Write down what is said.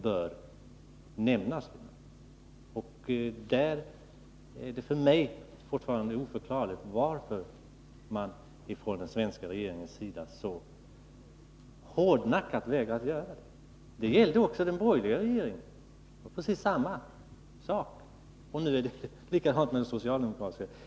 Det är för mig fortfarande oförklarligt varför den svenska regeringen så hårdnackat vägrar att göra det. Det gällde också den borgerliga regeringen, och det gäller nu den socialdemokratiska. Det är precis samma sak.